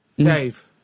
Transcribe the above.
Dave